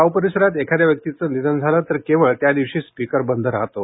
गाव परिसरात एखाद्या व्यक्तिचं निधन झालं तर केवळ त्या दिवशी स्पिकर बंद राहतो